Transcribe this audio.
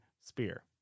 spear